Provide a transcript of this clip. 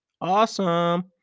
Awesome